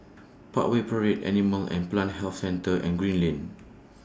Parkway Parade Animal and Plant Health Centre and Green Lane